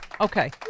Okay